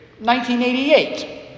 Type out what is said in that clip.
1988